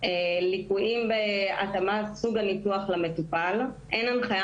ליקויים בהתאמת סוג הניתוח למטופל: אין הנחיה